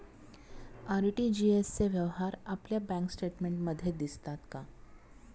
RTGS चे व्यवहार आपल्या बँक स्टेटमेंटमध्ये दिसतात का?